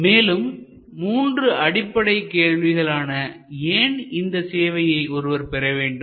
மேலும் மூன்று அடிப்படைக் கேள்விகள் ஆன ஏன் இந்த சேவையை ஒருவர் பெற வேண்டும்